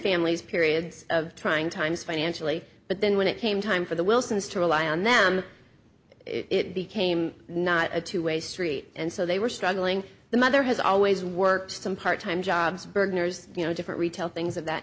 families periods of trying times financially but then when it came time for the wilsons to rely on them it became not a two way street and so they were struggling the mother has always worked part time jobs burglars you know different retail things of that